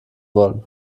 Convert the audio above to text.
wollen